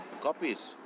copies